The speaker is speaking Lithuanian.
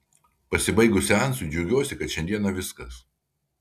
pasibaigus seansui džiaugsiuosi kad šiandien viskas